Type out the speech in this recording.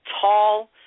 tall